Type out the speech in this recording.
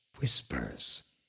whispers